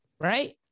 right